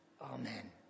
Amen